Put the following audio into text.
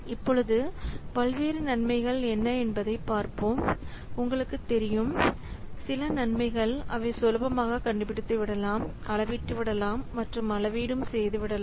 இப்பொழுது பல்வேறு நன்மைகள் என்பதை பார்ப்போம் உங்களுக்கு தெரியும் சில நன்மைகள் அவை சுலபமாக கண்டுபிடித்துவிடலாம் அளவிட்டு விடலாம் மற்றும் அளவீடும் செய்துவிடலாம்